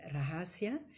Rahasia